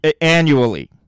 annually